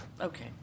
Okay